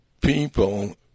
people